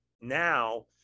now